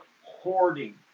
hoarding